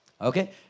okay